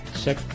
check